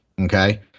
Okay